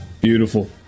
Beautiful